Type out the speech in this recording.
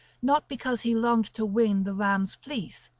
not because he longed to win the ram's fleece,